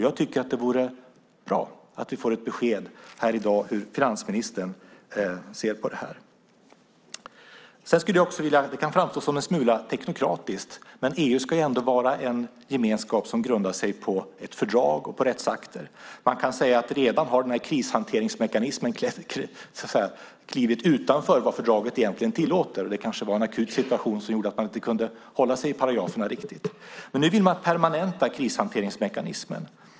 Jag tycker att det vore bra att i dag få besked om hur finansministern ser på det. Det kan framstå som en smula teknokratiskt, men EU ska ju vara en gemenskap som grundar sig på ett fördrag och på rättsakter. Man kan säga att krishanteringsmekanismen redan har klivit utanför vad fördraget egentligen tillåter. Det kanske var en akut situation som gjorde att man inte riktigt kunde hålla sig till paragraferna. Nu vill man permanenta krishanteringsmekanismen.